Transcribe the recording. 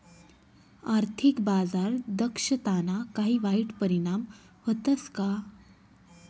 आर्थिक बाजार दक्षताना काही वाईट परिणाम व्हतस का